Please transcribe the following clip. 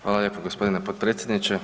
Hvala lijepo gospodine potpredsjedniče.